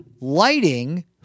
lighting